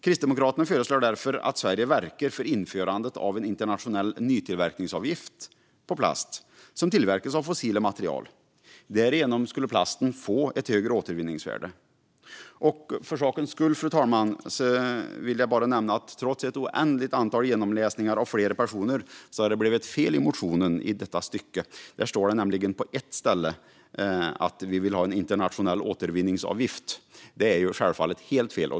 Kristdemokraterna föreslår därför att Sverige verkar för införande av en internationell nytillverkningsavgift på plast som tillverkas av fossila material. Därigenom skulle plasten få ett högre återvinningsvärde. För sakens skull vill jag nämna att trots ett oändligt antal genomläsningar av flera personer har det blivit ett fel i motionen, där det på ett ställe står att vi vill ha en internationell återvinningsavgift. Det är självfallet helt fel.